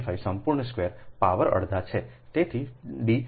75 સંપૂર્ણ square power અડધા છે